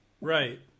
right